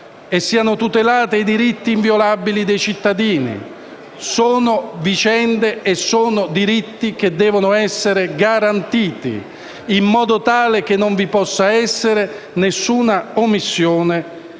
e siano tutelati i diritti inviolabili dei cittadini. Sono vicende e sono diritti che devono essere garantiti, in modo tale che non vi possa essere alcuna omissione